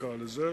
נקרא לזה,